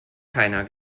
keiner